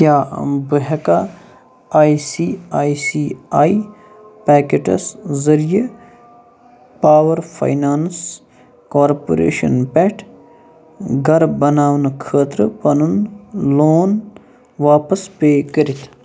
کیٛاہ بہٕ ہٮ۪کھا I C I C I packets ذٔریعہِ پاوَر فاینانٛس کارپوریشن پٮ۪ٹھ گَرٕ بناونہٕ خٲطرٕ پَنُن لون واپس پیٚے کٔرِتھ